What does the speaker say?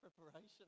preparation